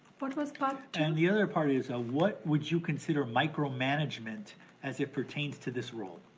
what was part two? and the other part is, ah what would you consider micromanagement as it pertains to this role?